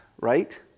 right